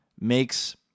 makes